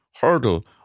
hurdle